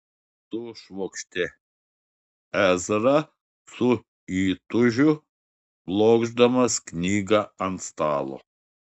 sušvokštė ezra su įtūžiu blokšdamas knygą ant stalo